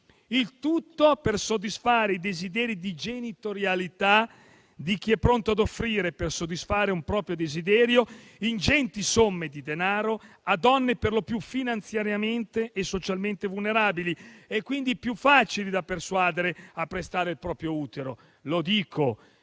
il tutto per soddisfare i desideri di genitorialità di chi è pronto ad offrire, per soddisfare un proprio desiderio, ingenti somme di denaro a donne perlopiù finanziariamente e socialmente vulnerabili e quindi più facili da persuadere a prestare il proprio utero.